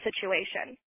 situation